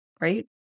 right